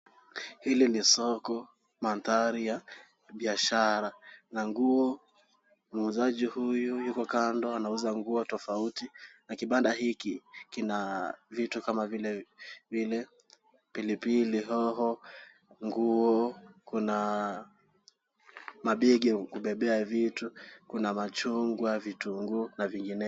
Hili ni soko. Mandhari ya biashara na nguo. Muuzaji huyu yuko kando anauza nguo tofauti na kibanda hiki kina vitu kama vile pilipili hoho, nguo, kuna mabegi ya kubebea vitu, kuna machugwa, vitunguu na vinginevyo.